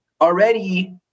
already